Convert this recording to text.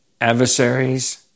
adversaries